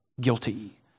guilty